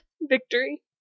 Victory